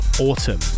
Autumn